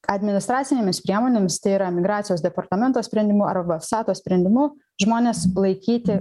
administracinėmis priemonėmis tai yra migracijos departamento sprendimu arba sato sprendimu žmonės laikyti